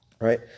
right